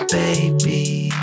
baby